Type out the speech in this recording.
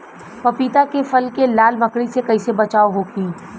पपीता के फल के लाल मकड़ी से कइसे बचाव होखि?